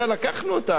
לקחנו אותם,